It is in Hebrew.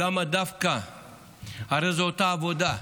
הרי זו אותה עבודה,